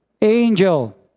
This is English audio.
angel